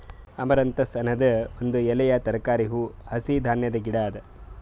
amaranthus ಅನದ್ ಒಂದ್ ಎಲೆಯ ತರಕಾರಿ, ಹೂವು, ಹಸಿ ಧಾನ್ಯದ ಗಿಡ ಅದಾ